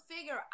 figure